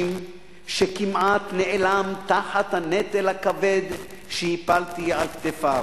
שכמעט נעלם תחת הנטל הכבד שהפלתי על כתפיו.